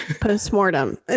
postmortem